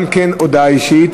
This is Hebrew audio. גם כן הודעה אישית